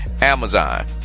Amazon